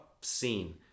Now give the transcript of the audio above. scene